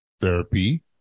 therapy